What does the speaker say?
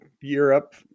Europe